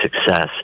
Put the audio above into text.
success